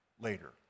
later